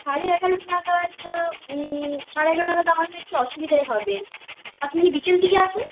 সাড়ে এগারোটা নাগাদ সাড়ে এগারোটা নাগাদ আমার না একটু অসুবিধাই হবে আপনি বিকেল দিকে আসুন